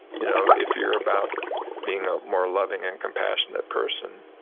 you know if you're about being a more loving and compassionate person,